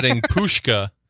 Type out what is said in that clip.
Pushka